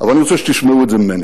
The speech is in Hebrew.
אבל אני רוצה שתשמעו את זה ממני.